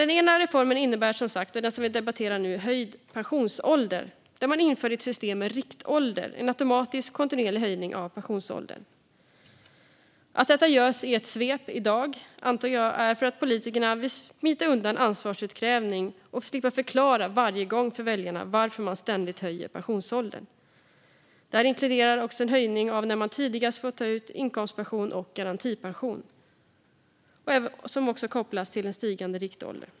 Den ena reformen, som vi debatterar nu, innebär höjd pensionsålder. Man inför ett system med riktålder och en automatisk och kontinuerlig höjning av pensionsåldern. Att detta görs i ett svep i dag antar jag beror på att politikerna vill smita undan ansvarsutkrävande och slippa att varje gång förklara för väljarna varför de ständigt höjer pensionsåldern. Detta inkluderar också en höjning av åldern när man tidigast får ta ut inkomstpension och garantipension. Även detta kopplas till en stigande riktålder.